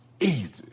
easy